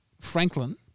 Franklin